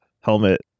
helmet